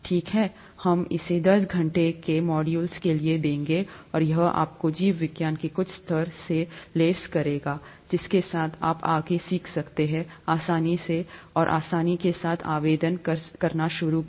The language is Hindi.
ठीक है हम इसे दस घंटे के मॉड्यूल के लिए देंगे और यह आपको जीव विज्ञान के कुछ स्तर से लैस करेगा जिसके साथ आप आगे सीख सकते हैं आसानी के साथ और आसानी के साथ आवेदन करना शुरू करें